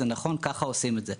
זה נכון וככה עושים את זה.